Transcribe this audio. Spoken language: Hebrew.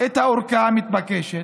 את הארכה המתבקשת.